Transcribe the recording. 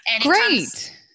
Great